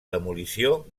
demolició